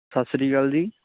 ਸਤਿ ਸ੍ਰੀ ਅਕਾਲ ਜੀ